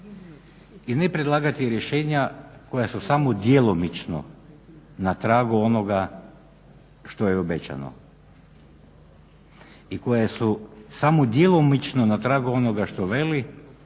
i ne predlagati rješenja koja su samo djelomično na tragu onoga što je obećano i koja su samo djelomično na tragu onoga što veli